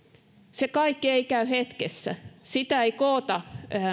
se kaikki ei käy hetkessä sitä ei koota